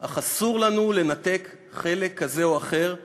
אך אסור לנו לנתק חלק כזה או אחר מהעם.